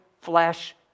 flesh